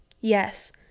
Yes